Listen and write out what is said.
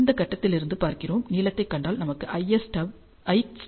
இந்த கட்டத்தில் இருந்து பார்க்கிறோம் நீளத்தைக் கண்டால் நமக்கு lstub 0